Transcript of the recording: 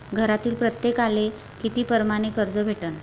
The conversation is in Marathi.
घरातील प्रत्येकाले किती परमाने कर्ज भेटन?